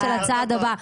זה של "הצעד הבא".